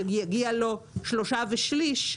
יגיע לו שלושה ושליש,